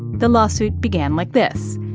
the lawsuit began like this.